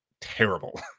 terrible